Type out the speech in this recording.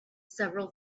several